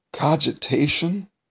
cogitation